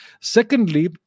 Secondly